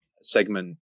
segment